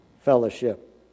fellowship